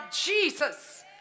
Jesus